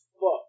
fuck